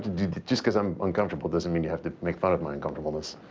to do, just because i'm uncomfortable doesn't mean you have to make fun of my uncomfortableness.